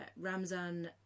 Ramzan